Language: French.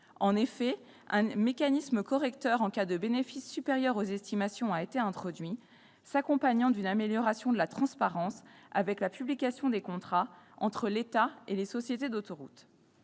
En effet, un mécanisme correcteur en cas de bénéfices supérieurs aux estimations a été introduit. La transparence a été améliorée avec la publication des contrats entre l'État et les sociétés d'autoroutes.